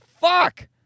fuck